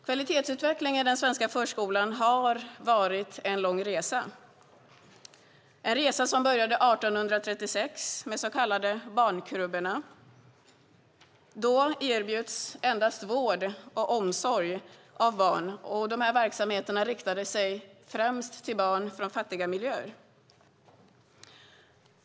Kvalitetsutvecklingen i den svenska förskolan har varit en lång resa, en resa som började 1836 med de så kallade barnkrubborna. Då erbjöds endast vård och omsorg av barn. De här verksamheterna riktade sig främst till barn från fattiga miljöer.